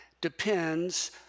depends